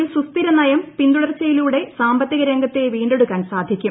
ഒരു സുസ്ഥിര നയം പിന്തുടർച്ചയിലൂടെ സാമ്പത്തിക രംഗത്തെ വീണ്ടെടുക്കാൻ സാധിക്കും